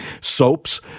soaps